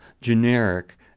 generic